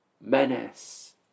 menace